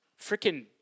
freaking